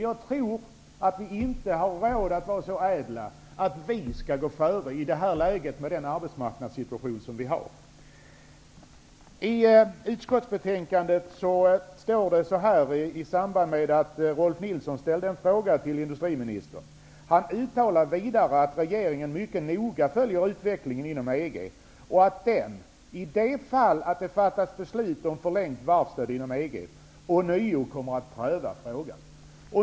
Jag tror inte att vi, med den arbetsmarknadssituation som vi har, har råd att vara så ädla att vi går före med detta. I utskottsbetänkande står det så här i samband med att Rolf L Nilson ställde en fråga till industriministern: ''Han uttalade vidare att regeringen mycket noga följer utvecklingen inom EG och att den, i det fall att det fattas beslut om förlängt varvsstöd inom EG, ånyo kommer att pröva frågan.''